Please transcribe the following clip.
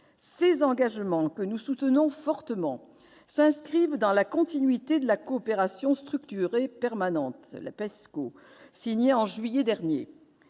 Ces engagements, que nous soutenons fortement, s'inscrivent dans la continuité de la Coopération structurée permanente, la PESCO, signée en juillet dernier.